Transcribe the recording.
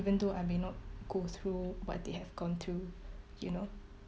even though I may not go through what they have gone through you know